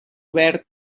obert